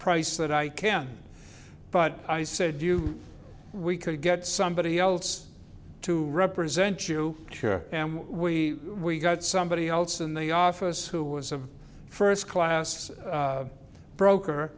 price that i can but i said you we could get somebody else to represent you sure am we we got somebody else in the office who was a first class broker